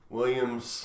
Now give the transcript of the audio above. Williams